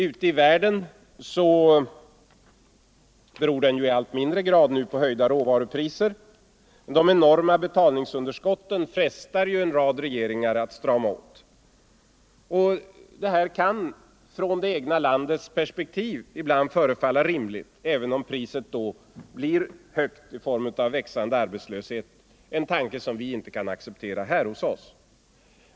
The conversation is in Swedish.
Ute i världen beror den nu i allt mindre grad på höjda råvarupriser. De enorma betalningsunderskotten frestar många regeringar att strama åt. Ur varje lands eget snäva perspektiv kan det ibland förefalla rimligt att göra det, även om priset då blir högt i form av växande arbetslöshet, en tanke som vi inte kan acceptera här hos oss.